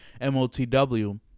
MOTW